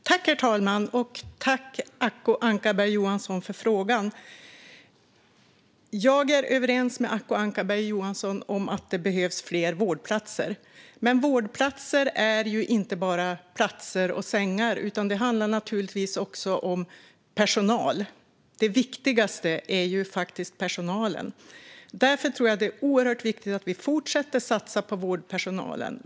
Herr talman! Jag tackar Acko Ankarberg Johansson för frågan. Jag är överens med henne om att det behövs fler vårdplatser. Men vårdplatser är inte bara platser och sängar, utan det handlar naturligtvis också om personal. Det viktigaste är faktiskt personalen. Därför tror jag att det är oerhört viktigt att vi fortsätter att satsa på vårdpersonalen.